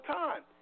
time